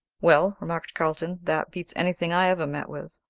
well, remarked carlton, that beats anything i ever met with.